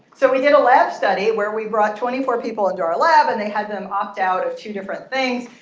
so we did a lab study where we brought twenty four people into our lab. and they had them opt out of two different things.